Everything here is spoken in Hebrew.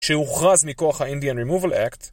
שהוכרז מכוח ה-Indian Removal Act